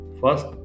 first